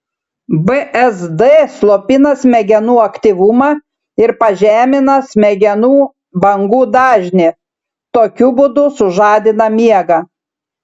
bzd slopina smegenų aktyvumą ir pažemina smegenų bangų dažnį tokiu būdu sužadina miegą